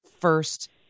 first